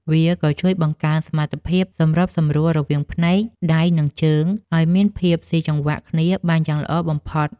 វាក៏ជួយបង្កើនសមត្ថភាពសម្របសម្រួលរវាងភ្នែក ដៃ និងជើង ឱ្យមានភាពស៊ីចង្វាក់គ្នាបានយ៉ាងល្អបំផុត។